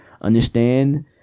Understand